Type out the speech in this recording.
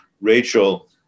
Rachel